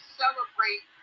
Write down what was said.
celebrate